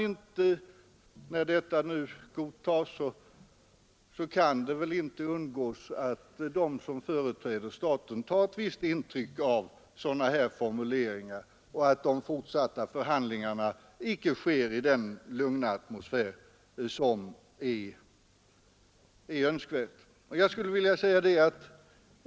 Om detta nu godtages kan det väl inte undgås att de som företräder staten tar ett visst intryck av sådana formuleringar och att de fortsatta förhandlingarna inte sker i den lugna atmosfär som är önskvärd.